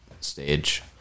stage